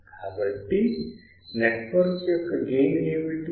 కాబట్టి నెట్వర్క్ యొక్క గెయిన్ ఏమిటి